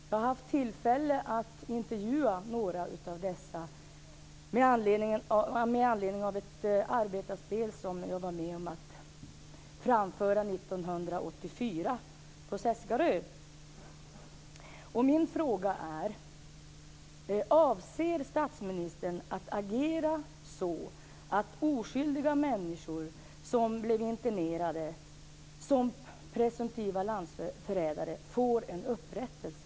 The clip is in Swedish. Jag har haft tillfälle att intervjua några av dessa med anledning av ett arbetarspel som jag var med om att framföra 1984 på Seskarö. Min fråga är: Avser statsministern att agera så att oskyldiga människor som blev internerade som presumtiva landsförrädare får en upprättelse?